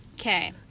Okay